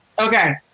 Okay